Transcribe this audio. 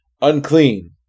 Unclean